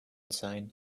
sign